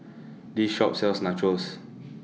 This Shop sells Nachos